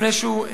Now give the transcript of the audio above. לפני שהוא,